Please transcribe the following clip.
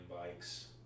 bikes